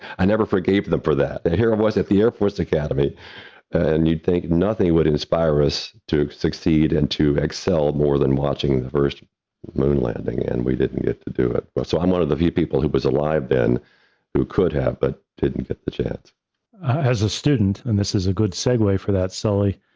i never forgave them for that here was at the air force academy and you think nothing would inspire us to succeed and to excel more than watching the first moon landing, and we didn't get to do it. but so, i'm one of the few people who was alive then who could have, but didn't get the chance rosenberg as a student, and this is a good segue for that, sully,